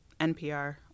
NPR